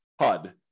HUD